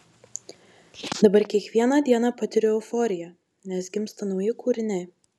dabar kiekvieną dieną patiriu euforiją nes gimsta nauji kūriniai